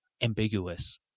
ambiguous